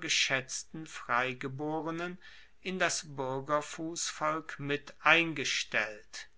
geschaetzten freigeborenen in das buergerfussvolk miteingestellt